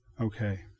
Okay